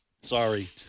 Sorry